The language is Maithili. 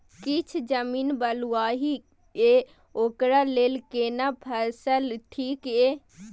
किछ जमीन बलुआही ये ओकरा लेल केना फसल ठीक ये?